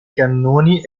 cannoni